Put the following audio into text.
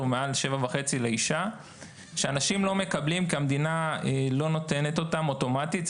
ומעל 7,500 ₪ לאשה שאנשים לא מקבלים כי המדינה לא נותנת אותן אוטומטית,